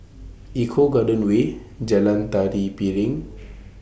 Eco Garden Way Jalan Tari Piring